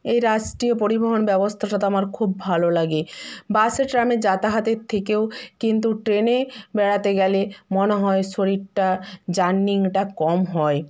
এই রাষ্টীয় পরিবহন ব্যবস্থাটা তো আমার খুব ভালো লাগে বাসে ট্রামে যাতাহাতের থেকেও কিন্তু ট্রেনে বেড়াতে গেলে মনে হয় শরীরটা জার্নিটা কম হয়